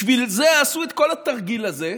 בשביל זה עשו את כל התרגיל הזה,